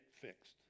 fixed